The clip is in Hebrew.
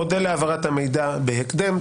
אודה להעברת המידע בהקדם.